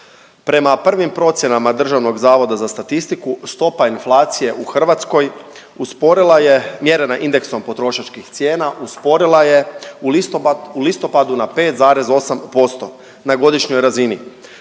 Prema prvim procjenama DZS stopa inflacije u Hrvatskoj usporila je, mjerena indeksom potrošačkih cijena, usporila je u listopadu na 5,8% na godišnjoj razini,